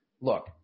Look